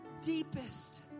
deepest